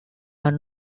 are